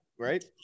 right